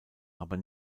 aber